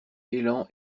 élan